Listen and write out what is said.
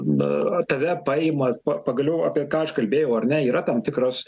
na tave paima pagaliau apie ką aš kalbėjau ar ne yra tam tikros